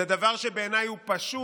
זה דבר שבעיניי הוא פשוט,